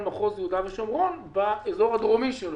מחוז יהודה ושומרון באזור הדרומי שלו.